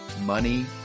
money